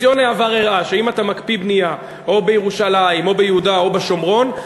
הראה שאם אתה מקפיא בנייה או בירושלים או ביהודה או בשומרון,